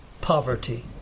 poverty